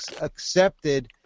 accepted